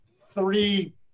three